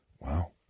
Wow